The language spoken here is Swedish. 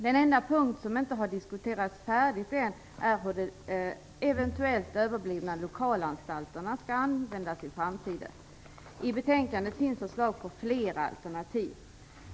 Den enda punkt som inte har diskuterats färdigt ännu är hur de eventuellt överblivna lokalanstalterna skall användas i framtiden. I betänkandet finns förslag på flera alternativ.